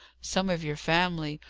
some of your family,